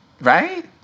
Right